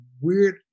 weird